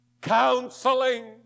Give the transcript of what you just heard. counseling